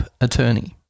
attorney